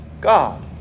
God